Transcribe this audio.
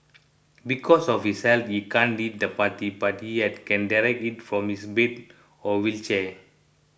because of his health he can't lead the party but he can direct it from his bed or wheelchair